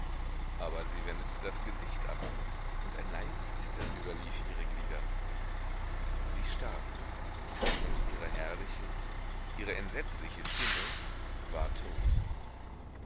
aber sie wendete das gesicht ab und ein leises zittern überlief ihre glieder sie starb und ihre herrliche ihre entsetzliche stimme war tot